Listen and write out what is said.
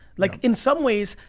like in some ways,